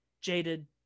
jaded